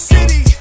City